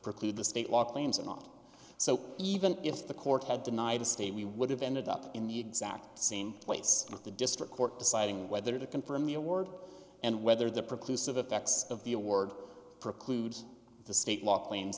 preclude the state law claims or not so even if the court had denied a stay we would have ended up in the exact same place with the district court deciding whether to confirm the award and whether the producer of effects of the award precludes the state law claims